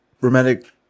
romantic